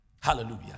Hallelujah